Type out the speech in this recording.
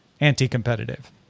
anti-competitive